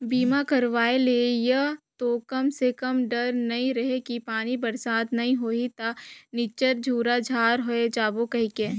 बीमा करवाय जे ये तो कम से कम डर नइ रहें कि पानी बरसात नइ होही त निच्चर झूरा झार होय जाबो कहिके